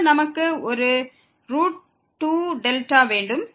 பின்னர் நமக்கு ஒரு 2δ வேண்டும்